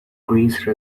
greece